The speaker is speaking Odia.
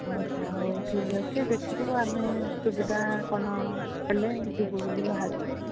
ଆଚ୍ଛା ହଉ ଠିକ୍ ଅଛି ଦେଖିବୁ ଆମେ ସୁବିଧା କ'ଣ ହେଲେ ଯିବୁ ବୋଲି ବାହାରିଛୁ